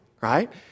right